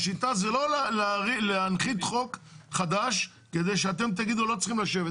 השיטה זה לא להנחית חוק חדש כדי שאתם תגידו לא צריך לשבת.